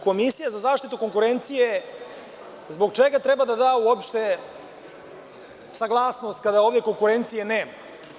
Komisija za zaštitu konkurencije zbog čega treba da da uopšte saglasnost, kada ovde konkurencije nema.